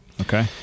Okay